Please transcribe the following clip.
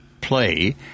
play